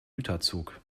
güterzug